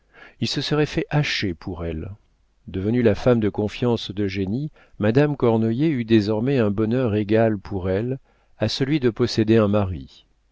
il se serait fait hacher pour elle devenue la femme de confiance d'eugénie madame cornoiller eut désormais un bonheur égal pour elle à celui de posséder un mari